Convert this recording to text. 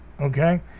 okay